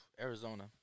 Arizona